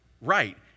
Right